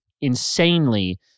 insanely